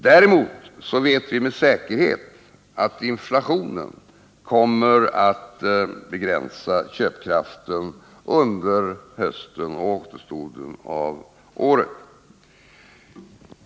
Däremot vet vi med säkerhet att inflationen kommer att begränsa köpkraften under hösten och året ut.